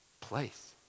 Place